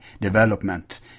development